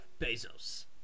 Bezos